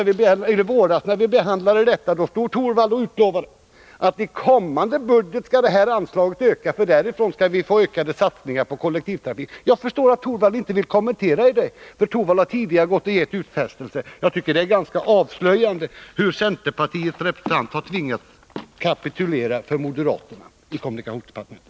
Men när vi behandlade denna fråga i våras stod Rune Torwald här och utlovade att anslaget skulle ökas i kommande budget och att vi därifrån skulle kunna göra ökade satsningar på kollektivtrafiken. Jag förstår att Rune Torwald inte vill kommentera det här, eftersom han tidigare har gett sådana utfästelser. Jag tycker det är ganska avslöjande hur centerpartiets representant har tvingats att kapitulera för moderaterna i kommunikationsdepartementet.